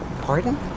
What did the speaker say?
Pardon